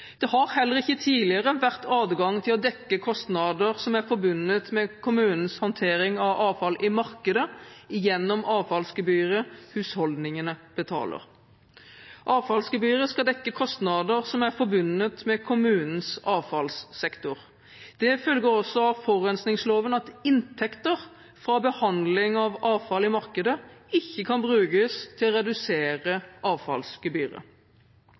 Det har heller ikke tidligere vært adgang til å dekke kostnader som er forbundet med kommunens håndtering av avfall i markedet, gjennom avfallsgebyret husholdningene betaler. Avfallsgebyret skal dekke kostnader som er forbundet med kommunens avfallssektor. Det følger også av forurensningsloven at inntekter fra behandling av avfall i markedet ikke kan brukes til å redusere avfallsgebyret.